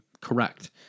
correct